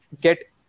get